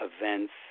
events